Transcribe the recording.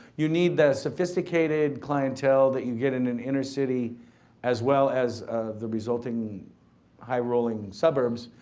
you need the sophisticated clientele that you get in an inner city as well as the resulting high-rolling suburbs,